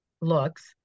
looks